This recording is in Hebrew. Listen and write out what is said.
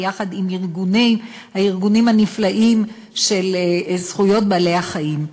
ויחד עם הארגונים הנפלאים של זכויות בעלי-החיים.